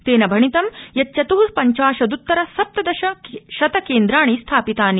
तेन भणितं यत् चत्ः स अञ्चाशदृत्तर सप्तदश शत केन्द्राणि स्थापितानि